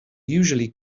usually